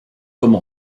comme